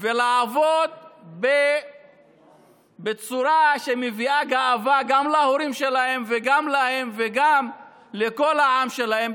ולעבוד בצורה שמביאה גאווה גם להורים שלהם וגם להם וגם לכל העם שלהם,